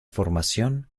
formación